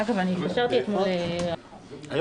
אין לי בן היום.